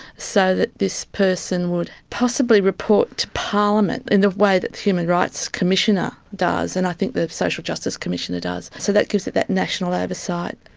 so that this person would possibly report to parliament in the way that the human rights commissioner does and i think the social justice commissioner does. so that gives it that national oversight.